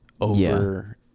over